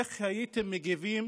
איך הייתם מגיבים